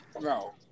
No